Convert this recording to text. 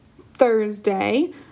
Thursday